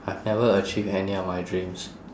I've never achieve any of my dreams